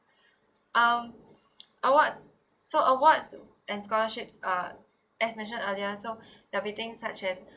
um awards so awards and scholarship are as mentioned earlier so everything such as